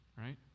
right